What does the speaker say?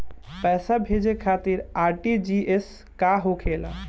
पैसा भेजे खातिर आर.टी.जी.एस का होखेला?